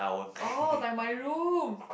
oh like my room